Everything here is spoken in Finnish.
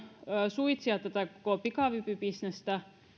suitsia koko tätä pikavippibisnestä